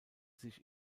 sich